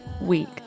week